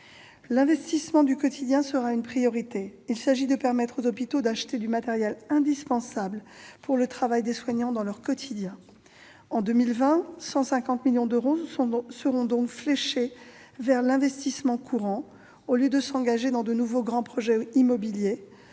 L'investissement du quotidien sera une priorité. Il s'agit de permettre aux hôpitaux d'acheter du matériel indispensable pour le travail des soignants dans leur quotidien. En 2020, 150 millions d'euros seront donc fléchés vers l'investissement courant, au lieu d'être engagés dans de nouveaux grands projets immobiliers,